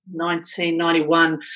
1991